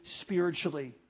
spiritually